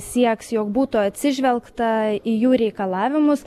sieks jog būtų atsižvelgta į jų reikalavimus